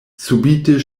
subite